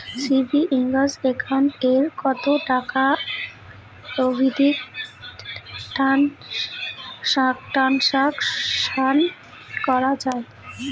Savings account এ কতো টাকা অবধি ট্রানসাকশান করা য়ায়?